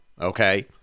okay